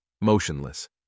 motionless